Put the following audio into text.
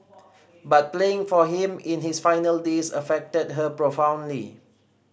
but playing for him in his final days affected her profoundly